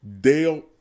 Dale